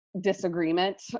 disagreement